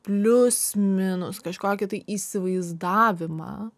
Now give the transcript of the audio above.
plius minus kažkokį tai įsivaizdavimą